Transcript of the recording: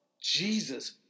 Jesus